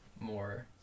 more